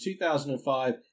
2005